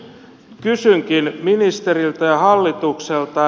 nyt kysynkin ministeriltä ja hallitukselta